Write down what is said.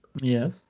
Yes